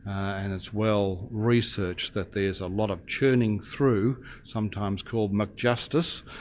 and it's well researched, that there's a lot of churning through sometimes called mcjustice,